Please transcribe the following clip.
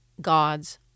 god's